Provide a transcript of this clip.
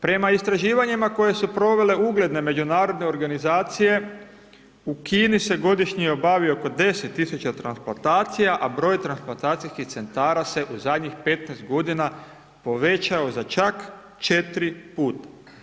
Prema istraživanjima koje su provele ugledne međunarodne organizacije, u Kini se godišnje obavi oko 10 000 transplantacija, a broj transplantacijskih centara se u zadnjih 15 godina povećao za čak 4 puta.